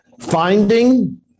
finding